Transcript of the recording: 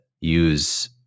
use